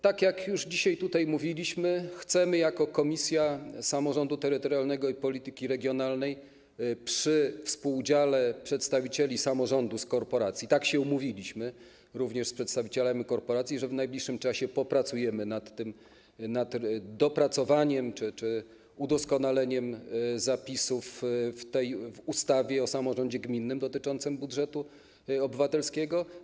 Tak jak już dzisiaj tutaj mówiliśmy, chcemy jako Komisja Samorządu Terytorialnego i Polityki Regionalnej przy współudziale przedstawicieli samorządu z korporacji - tak się umówiliśmy również z przedstawicielami korporacji - w najbliższym czasie pochylić się nad dopracowaniem czy udoskonaleniem zapisów w ustawie o samorządzie gminnym dotyczących budżetu obywatelskiego.